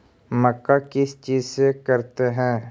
मक्का किस चीज से करते हैं?